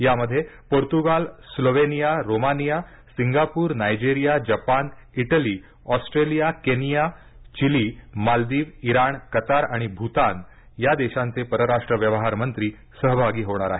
यामध्ये Portugal Slovenia Romania Singapore Nigeria Japan Italy Australia Kenya Chile Maldives Iran Qatar आणि भूतान या देशांचे परराष्ट्र व्यवहार मंत्री सहभागी होणार आहेत